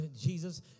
Jesus